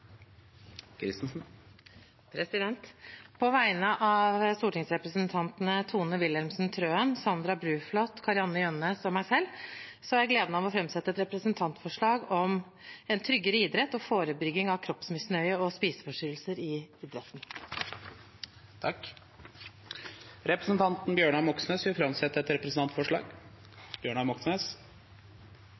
et representantforslag. På vegne av stortingsrepresentantene Tage Pettersen, Tone Wilhelmsen Trøen, Sandra Bruflot, Kari-Anne Jønnes og meg selv har jeg gleden av å framsette et representantforslag om en tryggere idrett og forebygging av kroppsmisnøye og spiseforstyrrelser i idretten. Representanten Bjørnar Moxnes vil framsette et representantforslag.